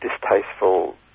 distasteful